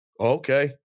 Okay